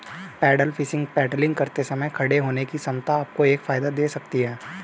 pedal fishing paddling करते समय खड़े होने की क्षमता आपको एक फायदा दे सकती है